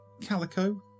Calico